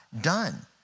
done